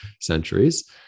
centuries